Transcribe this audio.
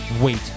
Wait